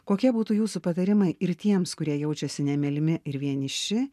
kokie būtų jūsų patarimai ir tiems kurie jaučiasi nemylimi ir vieniši